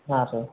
ಹಾಂ ಸರ್